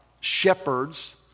shepherds